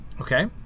Okay